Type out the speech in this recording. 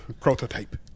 Prototype